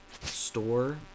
store